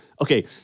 okay